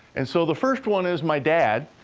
and so, the first one is my dad.